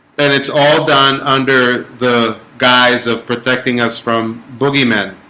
then it's all done under the guise of protecting us from boogie men